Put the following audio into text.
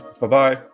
Bye-bye